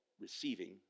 receiving